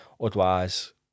Otherwise